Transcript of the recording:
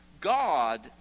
God